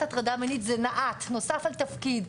הטרדה מינית של נע"ת נוסף על תפקיד.